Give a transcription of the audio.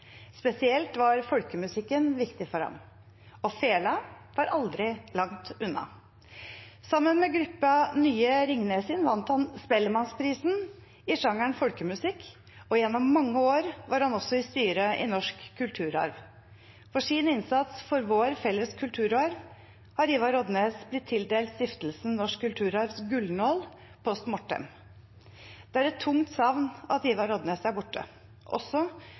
Spesielt var folkemusikken viktig for ham – og fela var aldri langt unna. Sammen med gruppa Nye Ringnesin vant han Spellemannprisen i sjangeren folkemusikk, og gjennom mange år var han også i styret i Norsk Kulturarv. For sin innsats for vår felles kulturarv har Ivar Odnes blitt tildelt Stiftelsen Norsk Kulturarvs gullnål post mortem. Det er et tungt savn at Ivar Odnes er borte, også